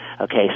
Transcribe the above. okay